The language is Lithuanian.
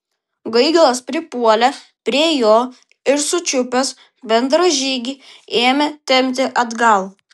gaigalas pripuolė prie jo ir sučiupęs bendražygį ėmė tempti atgal